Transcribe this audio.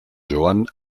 joan